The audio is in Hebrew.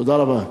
תודה רבה.